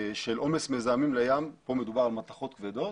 עומס מזהמים לים, פה מדובר על מתכות כבדות,